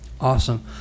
awesome